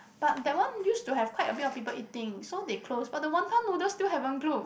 but that one used to have quite a bit of people eating so they closed but the wanton noodles still haven't close